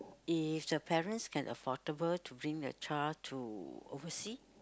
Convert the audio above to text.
if the parents can affordable to bring the child to overseas